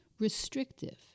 restrictive